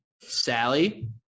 sally